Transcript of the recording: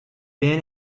been